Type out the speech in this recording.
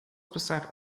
passar